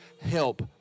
help